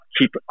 keep